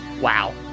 wow